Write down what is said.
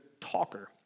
talker